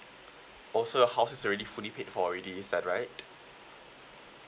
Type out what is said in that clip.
oh so your houses already fully paid for it is that right